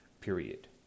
period